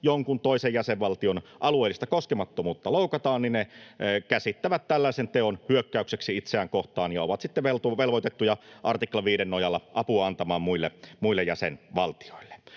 jonkun toisen jäsenvaltion alueellista koskemattomuutta loukataan, niin ne käsittävät tällaisen teon hyökkäykseksi itseään kohtaan ja ovat sitten velvoitettuja artikla 5:n nojalla apua antamaan muille jäsenvaltioille.